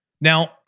Now